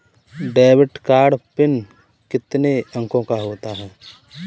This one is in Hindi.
डेबिट कार्ड पिन कितने अंकों का होता है?